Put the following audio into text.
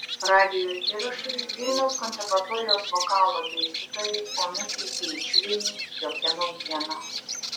radijo įrašai vilniaus konservatorijos vokalo dėstytojai onutei bėčiuvienei jokia naujiena